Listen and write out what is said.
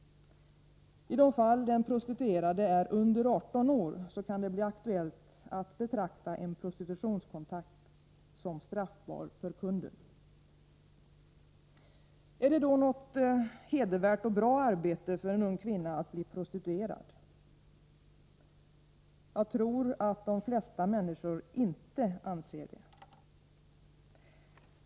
I de fall den prostituerade är under 18 år kan det bli aktuellt att betrakta en prostitutionskontakt som straffbar för kunden. Är det då något hedervärt och bra arbete för en ung kvinna att bli prostituerad? Jag tror att de flesta människor inte anser det.